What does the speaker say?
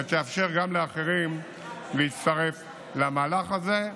ותאפשר גם לאחרים להצטרף למהלך הזה.